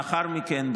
לאחר מכן,